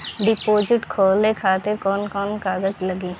Deposit खोले खातिर कौन कौन कागज लागी?